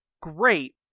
great